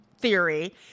theory